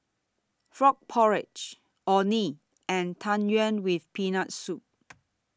Frog Porridge Orh Nee and Tang Yuen with Peanut Soup